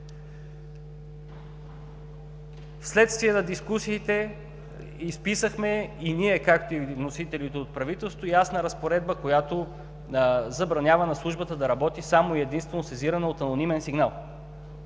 Вследствие на дискусиите изписахме и ние, както и вносителите от правителството, ясна разпоредба, която забранява на службата да работи само и единствено сезирана от анонимен сигнал.